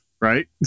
right